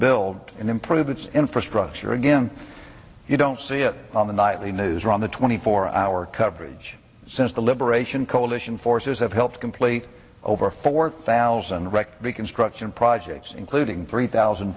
build and improve its infrastructure again you don't see it on the nightly news or on the twenty four hour coverage since the liberation coalition forces have helped complete over four thousand wrecked be construction projects including three thousand